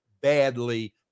badly